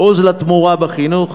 "עוז לתמורה" בחינוך,